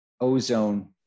Ozone